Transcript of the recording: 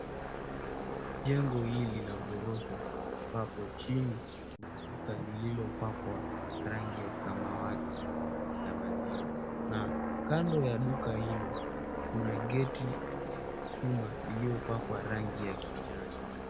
Jengo hili la ghorofa ambapo chini kuna duka lililopakwa rangi ya samawati na maziwa, na kando ya duka hilo kuna geti ya chuma iliyopakwa rangi ya kijani.